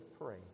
pray